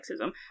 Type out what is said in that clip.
sexism